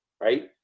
right